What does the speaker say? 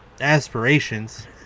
aspirations